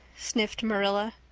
sniffed marilla.